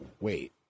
wait